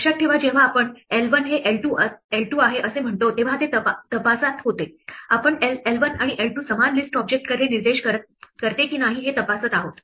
लक्षात ठेवा जेव्हा आपण l 1 हे l 2 आहे असे म्हणतो तेव्हा ते तपासत होतेआपण l 1 आणि l 2 समान लिस्ट ऑब्जेक्टकडे निर्देश करते की नाही हे तपासत आहोत